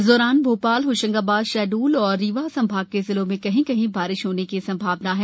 इस दौरान भोपालए होशंगाबादए शहडोल और रीवा संभाग के जिलों में कहीं कहीं बारिश होने की संभावना है